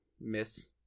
miss